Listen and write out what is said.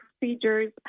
procedures